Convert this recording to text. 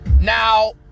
Now